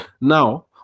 Now